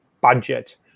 budget